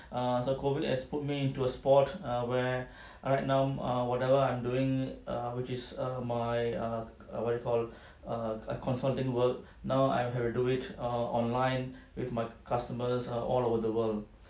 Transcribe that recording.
err so COVID has put me into a spot err where right now err whatever I'm doing err which is err my err err what you call err consulting work now I have to do it err online with my customers are all over the world